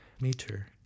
meter